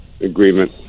agreement